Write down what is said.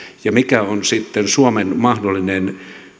ja mikä on sitten suomen mahdollinen